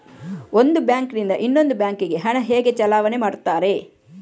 ಒಂದು ಬ್ಯಾಂಕ್ ನಿಂದ ಇನ್ನೊಂದು ಬ್ಯಾಂಕ್ ಗೆ ಹಣ ಹೇಗೆ ಚಲಾವಣೆ ಮಾಡುತ್ತಾರೆ?